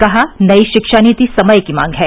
कहा नई शिक्षा नीति समय की मांग है